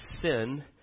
sin